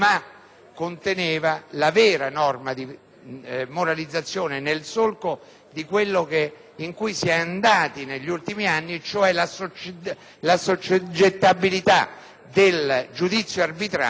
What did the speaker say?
conteneva la vera norma di moralizzazione nel solco in cui si è andati negli ultimi anni, e cioè la assoggettabilità del giudizio arbitrale,